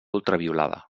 ultraviolada